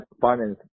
finance